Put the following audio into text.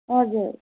हजुर